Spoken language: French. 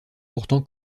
pourtant